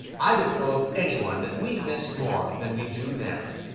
i don't know of any one that we miss more than we do them.